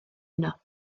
yno